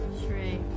three